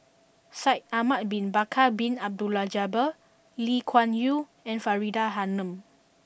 Shaikh Ahmad Bin Bakar Bin Abdullah Jabbar Lee Kuan Yew and Faridah Hanum